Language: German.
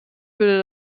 würde